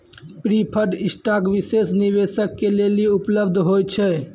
preferred stock विशेष निवेशक के लेली उपलब्ध होय छै